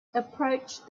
approached